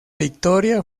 victoria